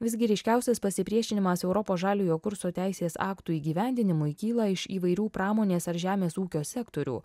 visgi ryškiausias pasipriešinimas europos žaliojo kurso teisės aktų įgyvendinimui kyla iš įvairių pramonės ar žemės ūkio sektorių